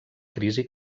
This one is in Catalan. crisi